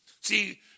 See